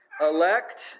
Elect